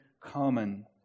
common